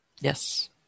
Yes